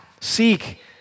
seek